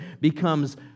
becomes